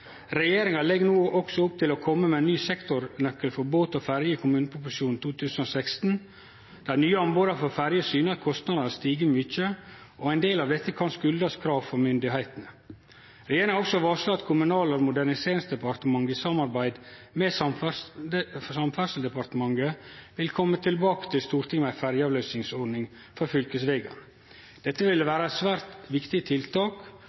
Regjeringa legg no også opp til å kome med ein ny sektornøkkel for båt og ferje i kommuneproposisjonen for 2016. Dei nye anboda for ferjer syner at kostnadene har stige mykje, og ein del av dette kan kome av krav frå myndigheitene. Regjeringa har også varsla at Kommunal- og moderniseringsdepartementet i samarbeid med Samferdselsdepartementet vil kome tilbake til Stortinget med ei ferjeavløysingsordning for fylkesvegane. Dette vil vere eit svært viktig tiltak